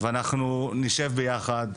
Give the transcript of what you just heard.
נשב ביחד,